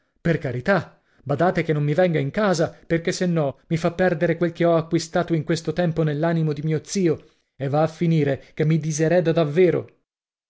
per carità badate che non mi venga in casa perché se no mi fa perdere quel che ho acquistato in questo tempo nell'animo dì mio zio e va a finire che mi disereda davvero